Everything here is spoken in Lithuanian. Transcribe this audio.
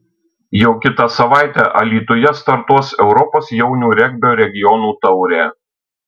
jau kitą savaitę alytuje startuos europos jaunių regbio regionų taurė